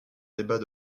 débat